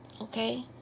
Okay